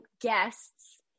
guests